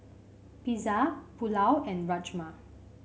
Pizza Pulao and Rajma